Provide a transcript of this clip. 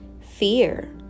fear